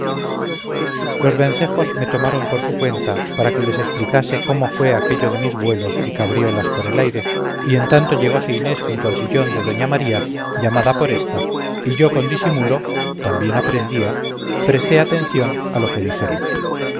los vencejos me tomaron por su cuenta para que les explicase cómo fue aquello de mis vuelos y cabriolas por el aire y en tanto llegose inés junto al sillón de doña maría llamado por esta y yo con disimulo también aprendía presté atención a lo que dijeron